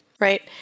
right